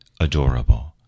Adorable